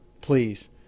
please